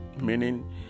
meaning